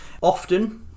often